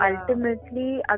Ultimately